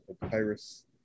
papyrus